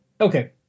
Okay